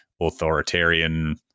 authoritarian